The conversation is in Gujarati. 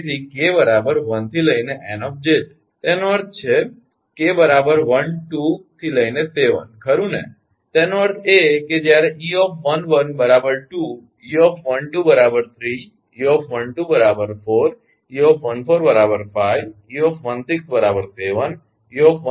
અને તેથી 𝑘 1 𝑁 𝑗𝑗 તેનો અર્થ છે 𝑘 12 7 ખરુ ને તેનો અર્થ એ કે જ્યારે 𝑒11 2 𝑒12 3 𝑒12 4 𝑒14 5 e16 7 e17 8